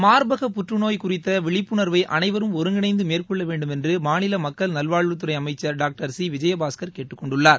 மார்பக புற்றுநோய் குறித்த விழிப்புணர்வை அனைவரும் ஒருங்கிணைந்து மேற்கொள்ள வேண்டுமென்று மாநில மக்கள் நல்வாழ்வுத்துறை அமைச்சள் டாக்டர் விஜயபாஸ்கர் கேட்டுக் கொண்டுள்ளார்